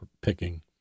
picking